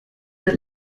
der